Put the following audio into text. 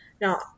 now